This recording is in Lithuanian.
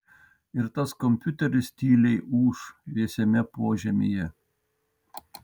ir tas kompiuteris tyliai ūš vėsiame požemyje